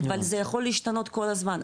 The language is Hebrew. אבל זה יכול להשתנות כל הזמן,